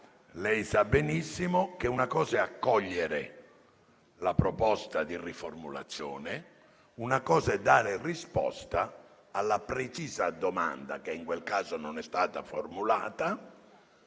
lei sa benissimo che una cosa è accogliere la proposta di riformulazione, una cosa è dare risposta alla precisa domanda, che in quel caso non è stata formulata,